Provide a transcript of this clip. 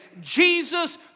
Jesus